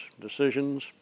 decisions